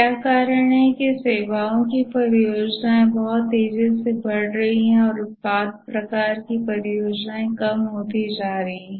क्या कारण है कि सेवाओं की परियोजनाएँ बहुत तेज़ी से बढ़ रही हैं और उत्पाद प्रकार की परियोजनाएँ कम होती जा रही हैं